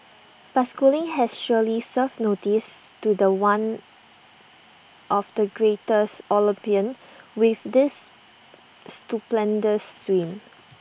but schooling has surely served notice to The One of the greatest Olympian with this stupendous swim